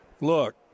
look